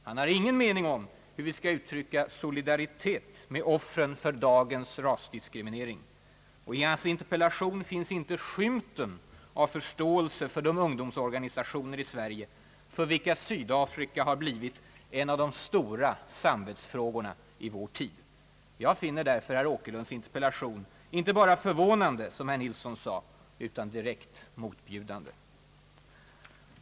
Han har ingen mening om hur vi skall uttrycka solidaritet med offren för dagens rasdiskriminering. Och i hans interpellation finns inte skymten av förståelse för de ungdomsorganisationer i Sverige, för vilka Sydafrika har blivit en av de stora samvetsfrågorna i vår tid. Jag finner därför herr Åkerlunds interpellation inte bara »förvånande», som utrikesminister Nilsson sade, utan direkt motbjudande.